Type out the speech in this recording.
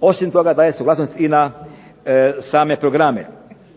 Osim toga daje suglasnost i na same programe.